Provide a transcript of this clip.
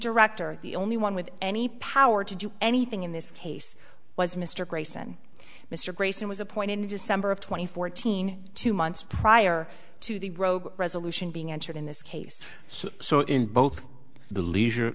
director the only one with any power to do anything in this case was mr grayson mr grayson was a point in december of two thousand and fourteen two months prior to the rogue resolution being entered in this case so in both the leisure